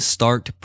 Start